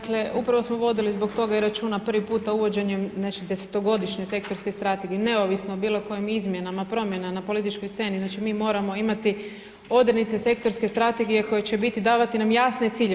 Dakle, upravo smo vodili zbog toga i računa prvi puta, uvođenjem .../nerazumljivo/... 10-ogodišnje sektorske strategije, neovisno o bilo kojim izmjenama, promjena na političkoj sceni, znači mi moramo imati odrednice sektorske strategije koje će biti, davati nam jasne ciljeve.